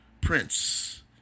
Prince